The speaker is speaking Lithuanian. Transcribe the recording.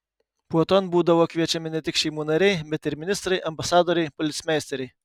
puoton būdavo kviečiami ne tik šeimų nariai bet ir ministrai ambasadoriai policmeisteriai